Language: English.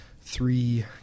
three